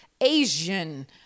Asian